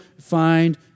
find